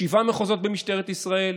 שבעה מחוזות במשטרת ישראל,